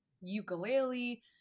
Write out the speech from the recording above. ukulele